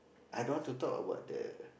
i don't want to talk about the